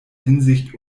hinsicht